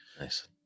Nice